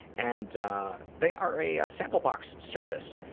and they are a ah sample box service.